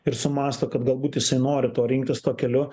ir sumąsto kad galbūt jisai nori to rinktis tuo keliu